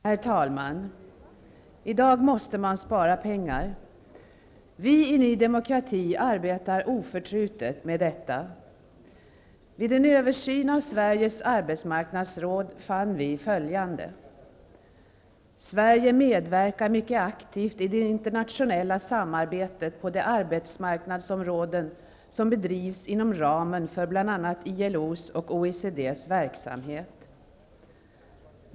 Herr talman! I dag måste man spara pengar. Vi i Ny demokrati arbetar oförtrutet med detta. Vid en översyn av Sveriges arbetsmarknadsråd fann vi följande: Sverige medverkar mycket aktivt i det internationella samarbetet på de arbetsmarknadsområden som bedrivs inom ramen för bl.a. ILO:s och OECD:s verksamhet.